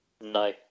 no